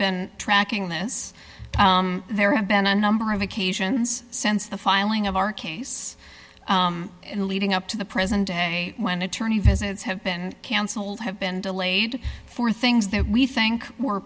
been tracking this there have been a number of occasions since the filing of our case leading up to the present day when attorney visits have been cancelled have been delayed for things that we think